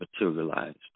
materialized